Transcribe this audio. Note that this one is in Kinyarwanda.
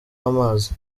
w’amazi